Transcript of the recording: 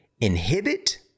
inhibit